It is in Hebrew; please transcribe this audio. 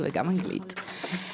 לאנגלית זה יהיה מושלם.